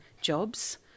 jobs